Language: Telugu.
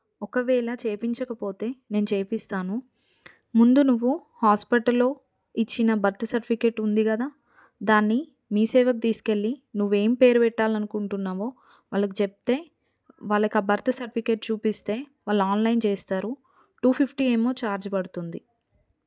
ఒకవేళ చేయించకపోతే నేను చేయిస్తాను ముందు నువ్వు హాస్పిటల్లో ఇచ్చిన బర్త్ సర్టిఫికేట్ ఉంది కదా దాన్ని మీసేవకి తీసికెళ్ళి నువ్వేం పేరు పెట్టాలనుకుంటున్నావో వాళ్ళకు చెప్తే వాళ్ళకా బర్త్ సర్టిఫికేట్ చూపిస్తే వాళ్ళు ఆన్లైన్ చేస్తారు టూ ఫిఫ్టీ ఏమో ఛార్జ్ పడుతుంది